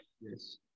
Yes